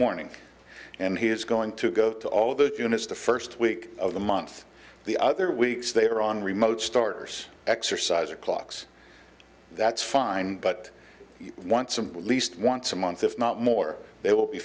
morning and he is going to go to all the units the first week of the month the other weeks they are on remote starters exercise or clocks that's fine but one simple least once a month if not more they will be